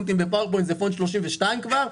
בפאואר פוינט זה פונט 32 כבר,